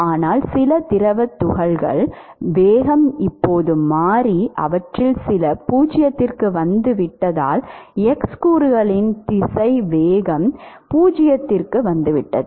ஆனால் சில திரவத் துகள் வேகம் இப்போது மாறி அவற்றில் சில 0 க்கு வந்துவிட்டதால் x கூறுகளின் திசைவேகம் 0 க்கு வந்துவிட்டது